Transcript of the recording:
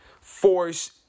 force